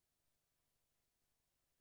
הישיבה הבאה תתקיים מחר,